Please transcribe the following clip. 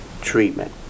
treatment